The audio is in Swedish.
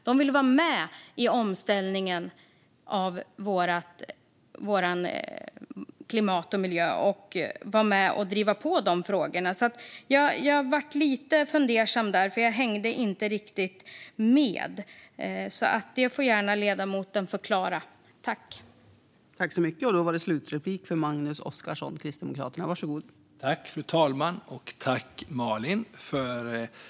De vill vara med i omställningen för vårt klimat och vår miljö, och de vill vara med och driva på de frågorna. Jag blev lite fundersam, för jag hängde inte riktigt med. Det får alltså ledamoten gärna förklara.